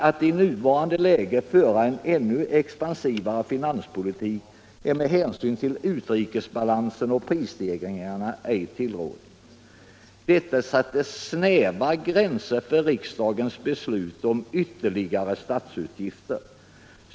Att i nuvarande läge föra en ännu expansivare finanspolitik är med hänsyn till utrikesbalansen och prisstegringsriskerna ej tillrådligt. Detta sätter snäva gränser för riksdagens beslut om ytterligare statsutgifter.